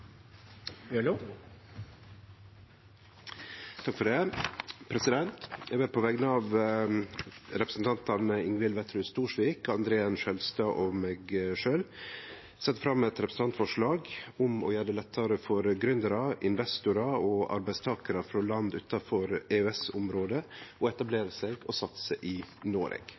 vil på vegner av representantane Ingvild Wetrhus Thorsvik, André N. Skjelstad og meg sjølv setje fram eit representantforslag om å gjere det lettare for gründerar, investorar og arbeidstakarar frå land utanfor EØS-området å etablere seg og satse i Noreg,